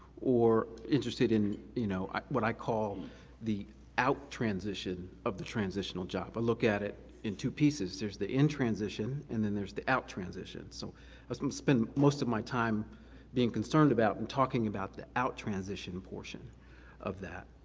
or interested in you know what i call the out transition of the transitional job. i look at it in two pieces, there's the in transition, and then there's the out transition. so i was gonna spend most of my time being concerned about and talking about the out transition portion of that.